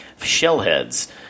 Shellheads